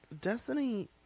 Destiny